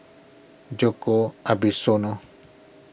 Djoko